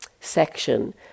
section